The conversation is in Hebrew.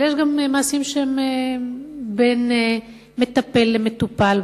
אבל יש גם מעשים שבין מטפל למטופל,